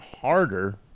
harder